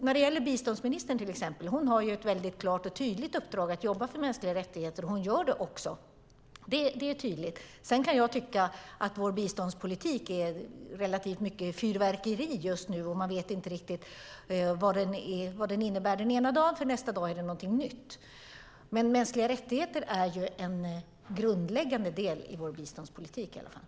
När det gäller biståndsministern till exempel kan vi se att hon har ett väldigt klart och tydligt uppdrag att jobba för mänskliga rättigheter. Hon gör det också, det är tydligt. Sedan kan jag tycka att vår biståndspolitik är relativt mycket fyrverkeri just nu. Man vet inte riktigt vad den innebär den ena dagen och nästa dag är det någonting nytt. Men mänskliga rättigheter är en grundläggande del i vår biståndspolitik i alla fall.